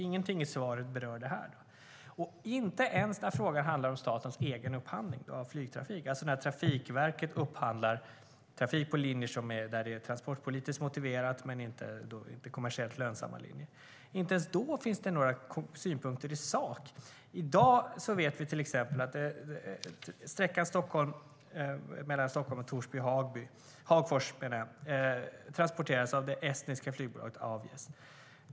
Ingenting i svaret berör det. Trafikverket upphandlar trafik på linjer där det är transportpolitiskt motiverat men där linjerna inte är kommersiellt lönsamma. Inte ens när frågan handlar om statens egen upphandling av flygtrafik finns det synpunkter i sak. I dag vet vi till exempel att sträckan mellan Stockholm och Torsby-Hagfors transporteras av det estniska flygbolaget Avies.